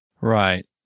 Right